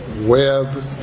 web